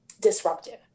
disruptive